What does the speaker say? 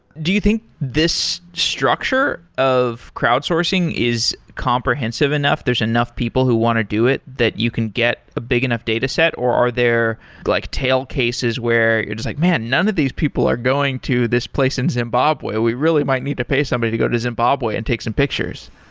do you think this structure of crowdsourcing is comprehensive enough? there's enough people who want to do it that you can get a big enough dataset, or are there like tail cases where you're just like, man! none of these people are going to this place in zimbabwe. we really might need to pay somebody to go to zimbabwe and take some pictures.